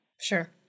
Sure